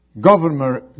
governor